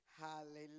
Hallelujah